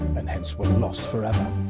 and hence were lost forever.